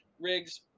rigs